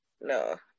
No